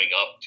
up